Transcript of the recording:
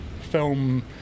film